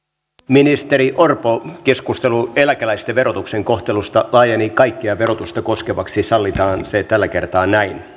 ministeri orpo keskustelu eläkeläisten verokohtelusta laajeni kaikkea verotusta koskevaksi sallitaan se tällä kertaa näin